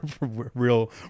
Real